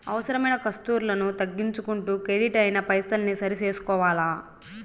అవసరమైన కర్సులను తగ్గించుకుంటూ కెడిట్ అయిన పైసల్ని సరి సూసుకోవల్ల